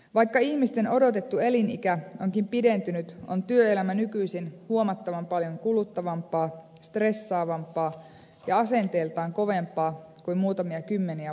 vaikka ihmisten odotettu elinikä onkin pidentynyt on työelämä nykyisin huomattavan paljon kuluttavampaa stressaavampaa ja asenteiltaan kovempaa kuin muutamia kymmeniä vuosia sitten